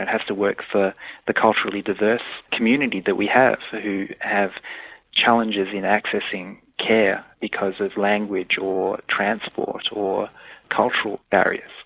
and has to work for the culturally diverse community that we have who have challenges in accessing care because of language or transport or cultural barriers.